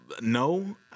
no